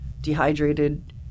dehydrated